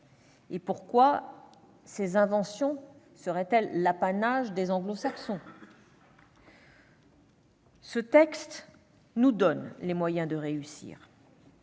Et pourquoi ces inventions seraient-elles l'apanage des Anglo-Saxons ? Ce texte nous donne les moyens de réussir.